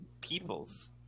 peoples